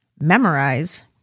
memorize